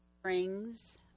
Springs